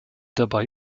dabei